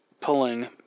pulling